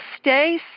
stay